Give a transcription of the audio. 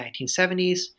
1970s